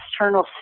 external